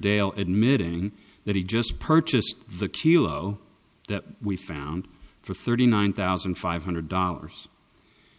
dale admitting that he just purchased the kilo that we found for thirty nine thousand five hundred dollars